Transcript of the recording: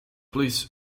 please